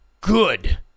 good